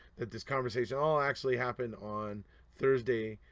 that this conversation all actually happened on thursday.